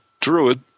Druid